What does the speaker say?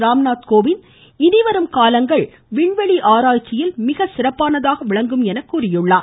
ராம்நாத் கோவிந்த் இனிவரும் காலங்கள் விண்வெளி ஆராய்ச்சியில் மிகச்சிறப்பானதாக விளங்கும் என கூறியுள்ளார்